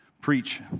preach